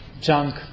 junk